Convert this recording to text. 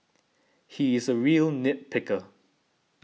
he is a real nit picker